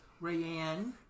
Rayanne